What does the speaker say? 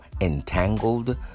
entangled